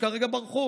שכרגע ברחו.